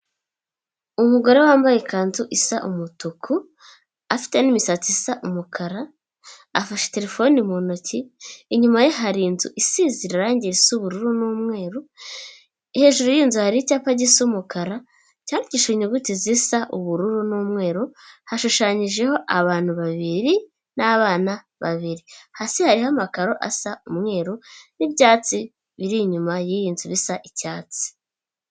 Umugore wambaye ikanzu isa umutuku afite n' imisatsi isa umukara afashe telefone mu ntoki inyuma ye hari inzu isizira irangi ubururu n'umweru hejuru yininzara hari icyapa gisi umukara cyakishe inyuguti zisa ubururu n'umweru hashushanyijeho abantu babiri n'abana babiri hasi hariho amakaro asa umweru n'ibyatsi biri inyuma yiiyi nzu bisa icyatsi.